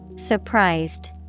Surprised